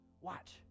watch